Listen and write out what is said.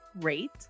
rate